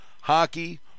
hockey